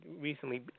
recently